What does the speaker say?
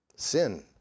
Sin